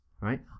right